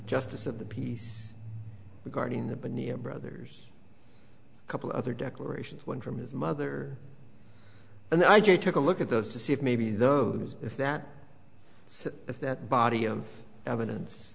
justice of the peace regarding the b'nei of brothers a couple other declarations one from his mother and i just took a look at those to see if maybe those if that if that body of evidence